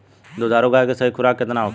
दुधारू गाय के सही खुराक केतना होखे?